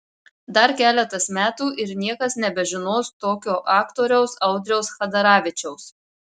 dar keletas metų ir niekas nebežinos tokio aktoriaus audriaus chadaravičiaus